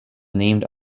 named